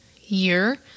year